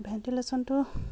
ভেণ্টিলেশ্যনটো